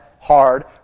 hard